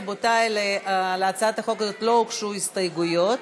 רבותי, להצעת החוק הזאת לא הוגשו הסתייגויות,